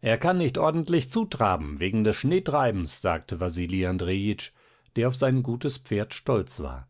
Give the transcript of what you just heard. er kann nicht ordentlich zutraben wegen des schneetreibens sagte wasili andrejitsch der auf sein gutes pferd stolz war